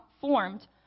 formed